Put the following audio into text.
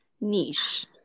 niche